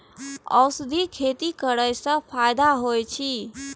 औषधि खेती करे स फायदा होय अछि?